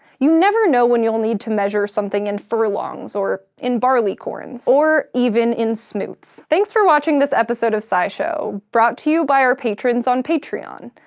you never know when you'll need to measure something in furlongs, or in barleycorns. or, even, in smoots. thanks for watching this episode of scishow, brought to you by our patrons on patreon.